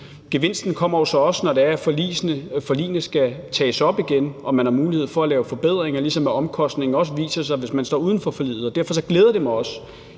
gevinsten kommer jo så også, når det er, at forligene skal tages op igen og man har mulighed for at lave forbedringer, ligesom omkostningen også viser sig, hvis man står uden for forliget. Derfor glæder det mig også